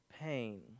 pain